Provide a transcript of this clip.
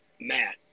Matt